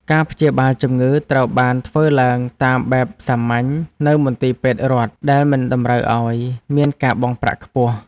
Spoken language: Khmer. ការព្យាបាលជំងឺត្រូវបានធ្វើឡើងតាមបែបសាមញ្ញនៅមន្ទីរពេទ្យរដ្ឋដែលមិនតម្រូវឱ្យមានការបង់ប្រាក់ខ្ពស់។